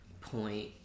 point